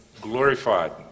glorified